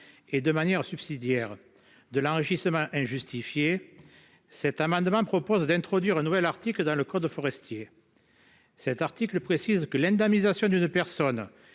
et de manière subsidier de l'enrichissement injustifié. Cet amendement propose d'introduire un nouvel article dans le code forestier. Cet article précise que l'indemnisation d'une personnes